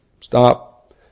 Stop